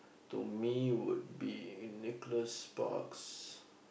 to me would be Nicholas-Sparks